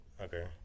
Okay